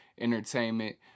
entertainment